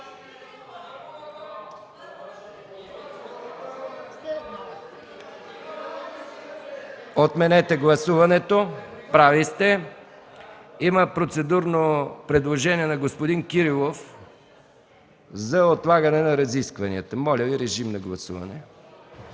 Отменете гласуването! Прави сте. Има процедурно предложение на господин Кирилов за отлагане на разискванията. Моля Ви, режим на гласуване.